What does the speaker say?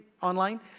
online